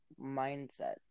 mindset